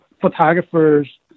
photographers